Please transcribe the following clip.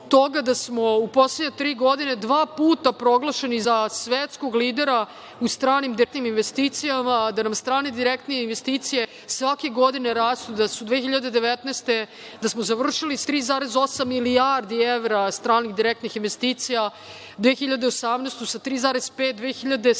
uspeh.U poslednje tri godine dva puta smo proglašeni za svetskog lidera u stranim direktnim investicijama, da nam strane direktne investicije svake godine rastu, da smo 2019. godinu završili sa 3,8 milijardi evra stranih direktnih investicija, 2018. godinu sa 3,5, 2017.